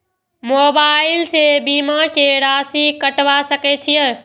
Mobile से बीमा के राशि कटवा सके छिऐ?